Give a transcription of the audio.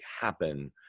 happen